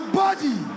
body